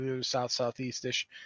south-southeast-ish